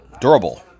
durable